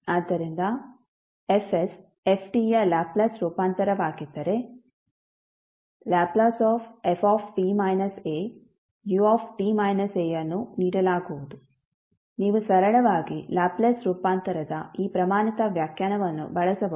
ಆದ್ದರಿಂದ F f ಯ Laplace ರೂಪಾಂತರವಾಗಿದ್ದರೆ Lft auಯನ್ನು ನೀಡಲಾಗುವುದು ನೀವು ಸರಳವಾಗಿ ಲ್ಯಾಪ್ಲೇಸ್ ರೂಪಾಂತರದ ಈ ಪ್ರಮಾಣಿತ ವ್ಯಾಖ್ಯಾನವನ್ನು ಬಳಸಬಹುದು